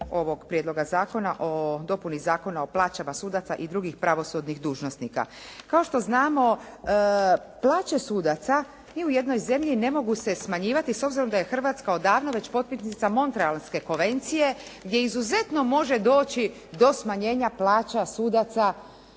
ovog prijedloga zakona o dopuni Zakona o plaćama sudaca i drugih pravosudnih dužnosnika. Kao što znamo, plaće sudaca ni u jednoj zemlji ne mogu se smanjivati s obzorom da je Hrvatska odavno već potpisnica Montrealske konvencije, gdje izuzetno mora doći do smanjenja plaća sudaca,